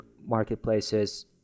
marketplaces